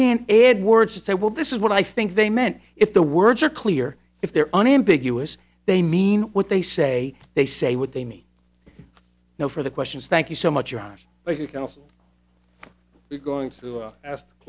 can't add words to say well this is what i think they meant if the words are clear if they're unambiguous they mean what they say they say what they me know for the questions thank you so much you are going to